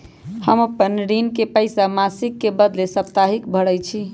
हम अपन ऋण के पइसा मासिक के बदले साप्ताहिके भरई छी